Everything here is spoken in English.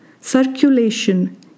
circulation